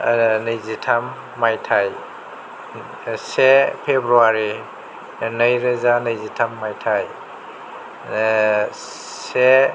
नैजिथाम मायथाइ से फेब्रुआरि नैरोजा नैजिथाम मायथाइ से